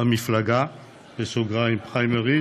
פריימריז,